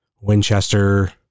Winchester